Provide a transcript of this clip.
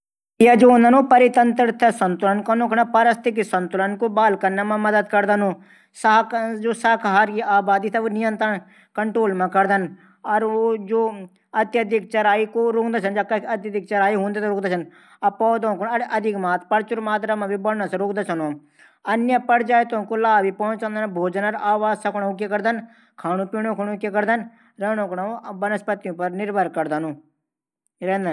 भेडिये जू हूंदन परितंत्र थे संतुलन कनू कूणे कि पारिस्थितिकी संतुलन थै बहाल कनू मदद करदन। शाकाहारी आबादी थै नियंत्रण कनू कू कंट्रोल मा करदन। अत्यधिक चराई रूकदा छन। पौधो थै मी प्रचुर मात्रा बढुण भी रूकदा छन। अन्य प्रजातियों कू भी लाभ भी पहुचाःदन खाणू पीणू कू वनस्पतियों पर निर्भर रैंदन।